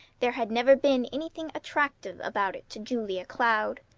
there had never been anything attractive about it to julia cloud.